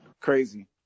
crazy